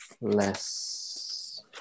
less